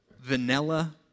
vanilla